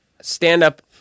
stand-up